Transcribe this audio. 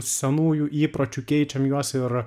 senųjų įpročių keičiam juos ir